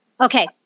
Okay